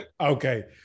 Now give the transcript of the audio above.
Okay